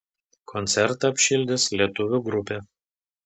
koncertą apšildys lietuvių grupė